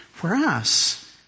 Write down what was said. Whereas